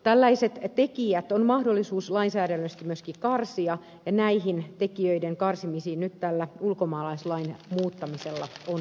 tällaiset tekijät on mahdollisuus lainsäädännöllisesti myöskin karsia ja näihin tekijöiden karsimisiin nyt tällä ulkomaalaislain muuttamisella on lähdetty